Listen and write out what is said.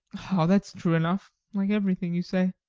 oh, that's true enough, like everything you say.